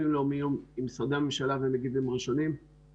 לאומיים עם משרדי הממשלה ועם מגיבים ראשונים,